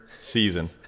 season